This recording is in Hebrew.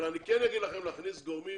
אני כן אומר לכם להכניס גורמים